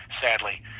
sadly